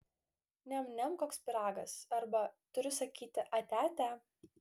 niam niam koks pyragas arba turiu sakyti ate ate